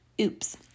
Oops